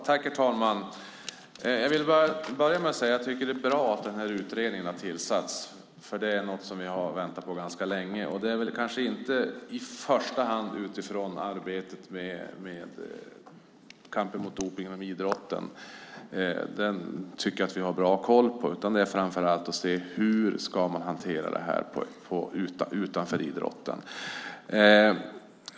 Herr talman! Jag vill börja med att säga att jag tycker att det är bra att utredningen har tillsatts. Det är något som vi har väntat på ganska länge, kanske inte i första hand utifrån kampen mot dopning inom idrotten - den tycker jag att vi har bra koll på - utan framför allt när det gäller hur dopning utanför idrotten ska hanteras.